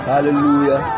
Hallelujah